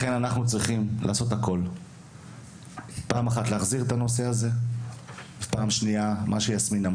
לכן אנחנו צריכים לעשות הכול להחזיר את הנושא הזה וכפי שאמרה יסמין,